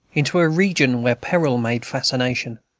into a region where peril made fascination.